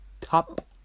Top